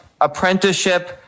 apprenticeship